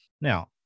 Now